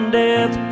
death